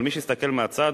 אבל מי שהסתכל מהצד,